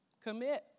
Commit